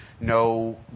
no